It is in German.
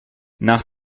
nach